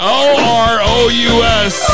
o-r-o-u-s